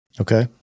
Okay